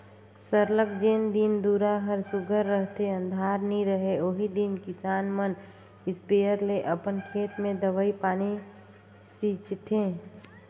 सरलग जेन दिन दुरा हर सुग्घर रहथे अंधार नी रहें ओही दिन किसान मन इस्पेयर ले अपन खेत में दवई पानी छींचथें